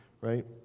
right